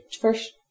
first